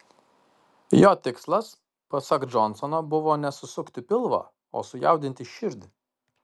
jo tikslas pasak džonsono buvo ne susukti pilvą o sujaudinti širdį